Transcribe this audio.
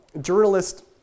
journalist